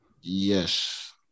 Yes